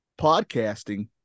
podcasting